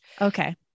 okay